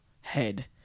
head